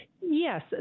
Yes